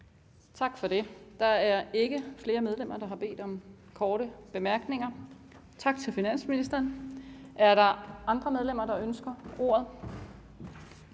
Tak for det. Der er ikke flere medlemmer, der har bedt om korte bemærkninger. Tak til finansministeren. Er der andre medlemmer, der ønsker ordet?